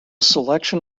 selection